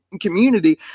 community